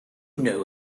know